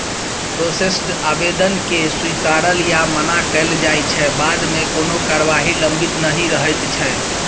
processed आबेदनकेँ स्वीकारल या मना कएल जाइ छै बादमे कोनो कारबाही लंबित नहि रहैत छै